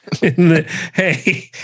Hey